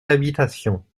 l’habitation